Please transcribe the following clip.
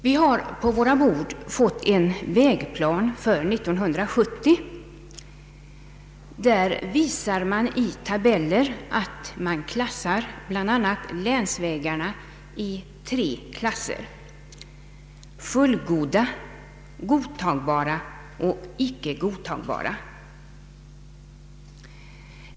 Vi har på våra bord fått en vägplan för 1970. Där visar man i tabeller att länsvägarna indelas i tre klasser: fullgoda, godtagbara och icke godtagbara.